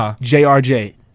J-R-J